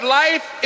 life